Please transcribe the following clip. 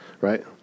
right